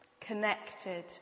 connected